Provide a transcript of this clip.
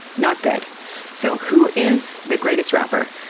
not good so, who is the greatest rapper?